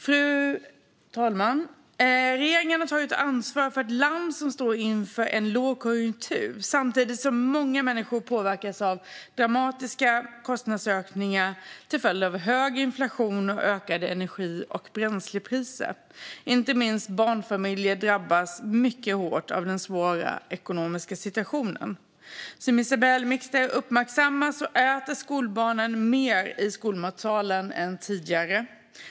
Fru talman! Regeringen har tagit över ansvaret för ett land som står inför en lågkonjunktur samtidigt som många människor påverkas av dramatiska kostnadsökningar till följd av hög inflation och ökade energi och bränslepriser. Inte minst barnfamiljer drabbas mycket hårt av den svåra ekonomiska situationen. Som Isabell Mixter uppmärksammar äter skolbarnen mer i skolmatsalen än tidigare.